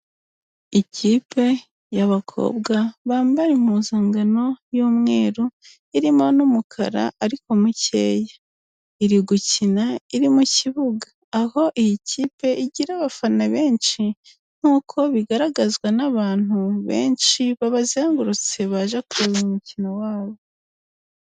Ikipe y'abakobwa bambaye impuzangano y'umweru, irimo n'umukara ariko mukeya, iri gukina iri mu kibuga aho iyi kipe igira abafana benshi, nk'uko bigaragazwa n'abantu benshi babazengurutse baje kureba umukino wabo.